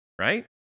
right